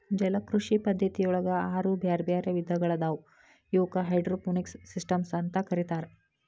ಜಲಕೃಷಿ ಪದ್ಧತಿಯೊಳಗ ಆರು ಬ್ಯಾರ್ಬ್ಯಾರೇ ವಿಧಗಳಾದವು ಇವಕ್ಕ ಹೈಡ್ರೋಪೋನಿಕ್ಸ್ ಸಿಸ್ಟಮ್ಸ್ ಅಂತ ಕರೇತಾರ